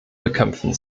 bekämpfen